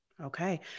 Okay